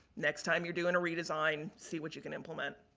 next time you're doing a redesign, see what you can implement.